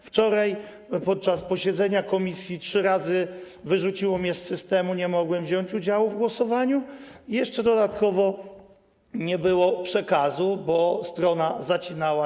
Wczoraj podczas posiedzenia komisji trzy razy wyrzuciło mnie z systemu i nie mogłem wziąć udziału w głosowaniu, a dodatkowo nie było przekazu, bo strona się zacinała.